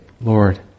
Lord